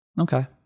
Okay